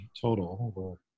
total